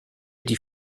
die